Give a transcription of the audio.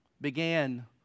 began